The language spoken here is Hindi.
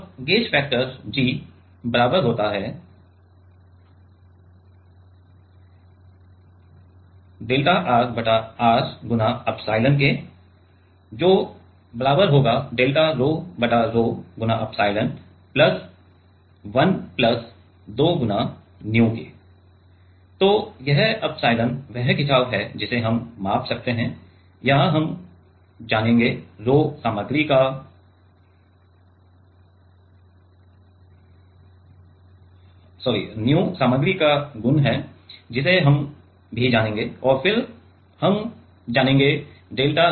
और गेज फैक्टर G बराबर होता है तो यह एप्सिलॉन वह खिचाव है जिसे हम माप सकते हैं या हम जानेंगे ν सामग्री का गुण है जिसे हम भी जानेंगे और फिर हम भी जानेंगे